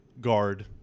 Guard